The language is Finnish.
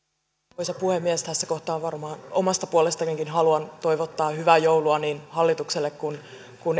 arvoisa puhemies tässä kohtaa omasta puolestanikin haluan toivottaa hyvää joulua niin hallitukselle kuin